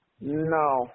No